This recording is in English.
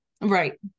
Right